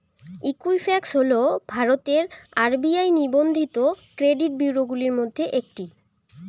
Equifax হল ভারতের RBI নিবন্ধিত ক্রেডিট ব্যুরোগুলির মধ্যে একটি